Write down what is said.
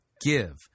give